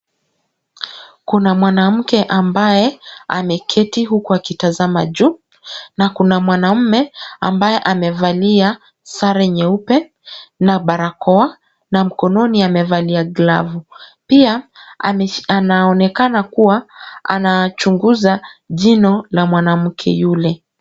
Kuna mwanamke ambaye ameketi huku akitazama juu na kuna mwanaume ambaye amevalia sare nyeupe na barakoa na mkononi amevalia glavu. Pia anaonekana kuwa anachunguza jino ya mwanamke yule.